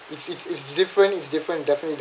it's it's it's different it's different definitely